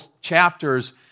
chapters